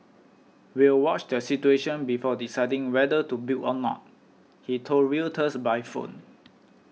we'll watch the situation before deciding whether to build or not he told Reuters by phone